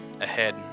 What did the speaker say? ahead